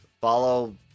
follow